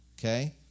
Okay